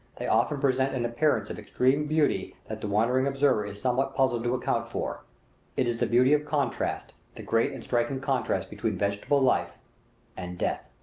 they often present an appearance of extreme beauty that the wondering observer is somewhat puzzled to account for it is the beauty of contrast, the great and striking contrast between vegetable life and death.